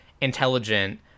intelligent